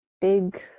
big